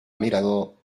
mirador